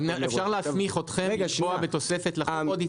אני חושבת שזה הפוך - זה לבקש מאיתנו אישור לעשות משהו.